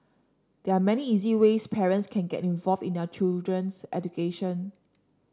there are many easy ways parents can get involved in their children's education